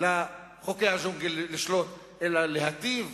לחוקי הג'ונגל לשלוט, אלא להיטיב